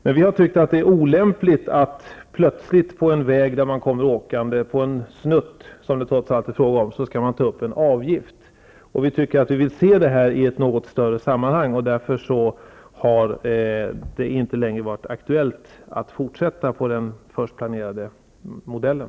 Men vi har tyckt att det är olämpligt att plötsligt ta ut en avgift på en snutt -- det är trots allt vad det är fråga om -- när man kommer åkande på en väg. Vi vill se det här i ett något större sammanhang, därför har det inte längre varit aktuellt att fortsätta på den först planerade modellen.